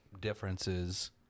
differences